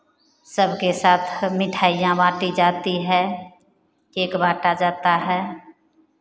सबके साथ मिठाइयां बाँटी जाती है केक बाँटा जाता है